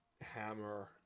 hammer